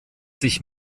sich